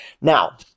now